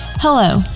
Hello